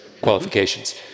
qualifications